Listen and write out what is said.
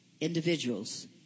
individuals